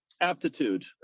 aptitude